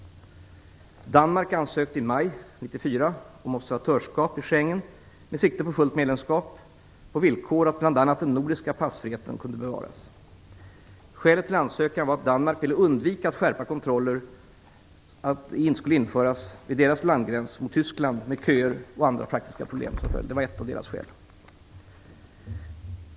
Danmark ansökte i maj 1994 om observatörsskap i Schengensamarbetet med sikte på fullt medlemskap, på villkor att bl.a. den nordiska passfriheten kunde bevaras. Skälet till ansökan var att Danmark ville undvika att skärpta kontroller skulle införas vid landgränsen mot Tyskland med köer och andra praktiska problem som följd. Det var ett av Danmarks skäl.